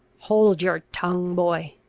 hold your tongue, boy!